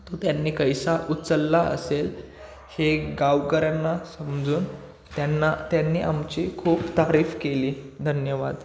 तो त्यांनी कसा उचलला असेल हे गावकऱ्यांना समजून त्यांना त्यांनी आमची खूप तारीफ केली धन्यवाद